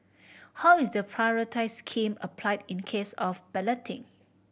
how is the priority scheme applied in case of balloting